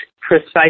precise